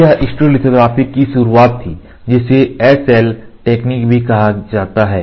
यह स्टीरियोलिथोग्राफी की शुरुआत थी जिसे SL technology भी कहा जाता है